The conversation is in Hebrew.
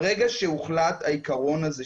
ברגע שהוחלט העיקרון הזה,